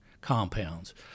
compounds